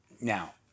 Now